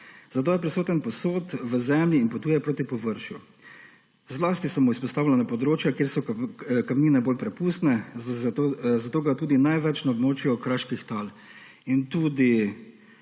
zato je prisoten povsod v zemlji in potuje proti površju. Zlasti so mu izpostavljena področja, kjer so kamnine bolj prepustne, zato ga je tudi največ na območju kraških tal. Glede